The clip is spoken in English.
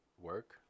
work